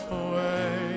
away